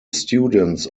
students